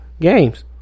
games